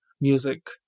music